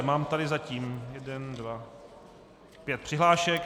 Mám tady zatím, jeden, dva... pět přihlášek.